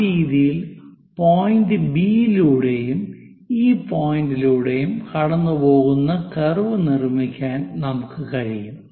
ആ രീതിയിൽ point B യിലൂടെയും ഈ പോയിന്റിലൂടെയും കടന്നുപോകുന്ന കർവ് നിർമ്മിക്കാൻ നമുക്ക് കഴിയും